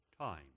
time